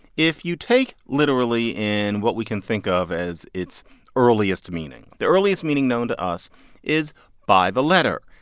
if you take literally in what we can think of as its earliest meaning, the earliest meaning known to us is by the letter.